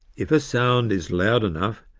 if a sound is loud enough,